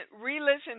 re-listen